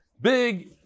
big